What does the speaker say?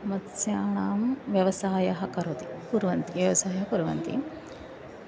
मत्स्यानां व्यवसायं करोति कुर्वन्ति व्यवसायं कुर्वन्ति